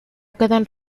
quedan